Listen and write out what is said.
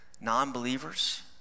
non-believers